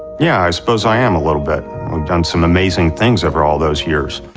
yeah i suppose i am a little bit, we've done some amazing things over all those years.